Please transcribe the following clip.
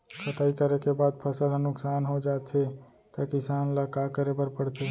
कटाई करे के बाद फसल ह नुकसान हो जाथे त किसान ल का करे बर पढ़थे?